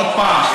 עוד פעם.